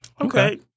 Okay